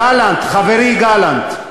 גלנט, חברי גלנט,